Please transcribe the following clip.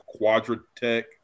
Quadratech